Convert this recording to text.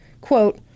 quote